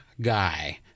guy